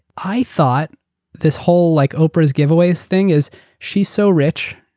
i thought this whole like oprahaeurs giveaway thing is sheaeurs so rich,